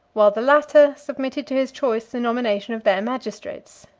while the latter submitted to his choice the nomination of their magistrates.